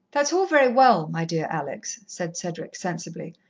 that's all very well, my dear alex, said cedric sensibly,